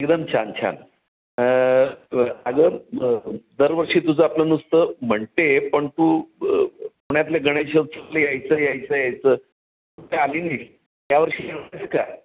मी पन छान छान अगं दरवर्षी तुझं आपलं नुसतं म्हणते पण तू पुण्यातले गणेश यायचं यायचं यायचं तू काही आली नाही या वर्षी